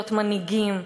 להיות מנהיגים,